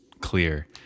clear